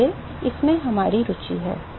इसलिए इसमें हमारी रुचि है